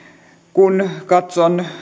kun katson